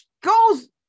goes